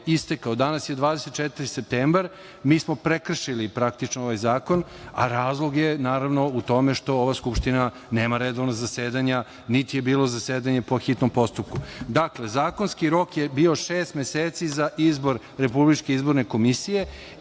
istekao. Danas je 24. septembar, mi smo prekršili, praktično, ovaj zakon, a razlog je u tome što ova Skupština nema redovna zasedanja, niti je bilo zasedanje po hitnom postupku. Zakonski rok je bio šest meseci za izbor Republičke izborne komisije